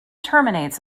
terminates